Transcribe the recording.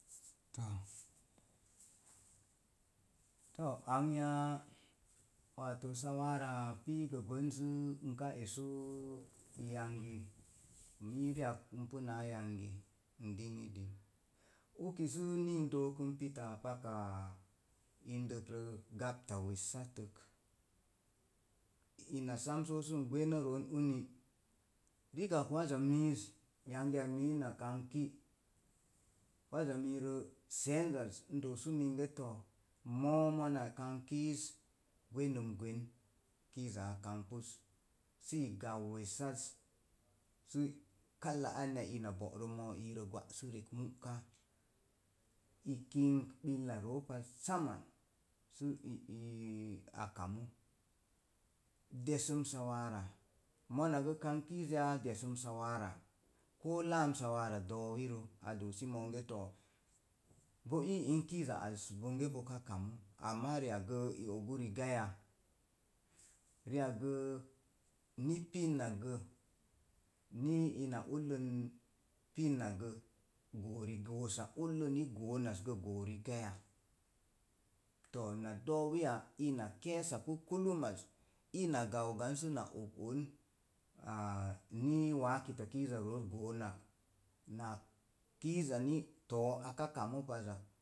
Too, ang yaa wato sawaagəban pii səə, ka esnu yangi, mii ri'ak npu na yangi, n din-i din, uki sə nin dookən pita paka indəkrə wessat tək, ina sam so sə gween roon uni rikak, waza miiz, yangiya mii na kamb ki wqaza miirə seenzaz, n doosu minge too, moo mona kong kiiz gwenəm gwen kiiza a kangbəz, sii gan wessaz sə kala anya ina bo'rə mo'ii gwa, sə rek mu'kan i kingk billa roopa samman sə ii a kamu. Desəm sawara, mona gə kank kiiz yaa desəm sawara ko laam sawara doowirə, a doosi monge too, bo i in kiizaaz bonge bo ka kamu, amma ri'ak gə i ogu rigaya. Ri'ak gə ni pinnak gə, nii ina ullən pinnak gə goori goosa ullə ni goonas gə goo rigaya. Too, na doowi ina keesapu kullumaz, ina gangan səna og on a nii wa kitakiiz a rooz goon nak na kiiza ni too moo aka kamu paz,